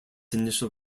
initial